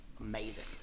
Amazing